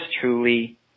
truly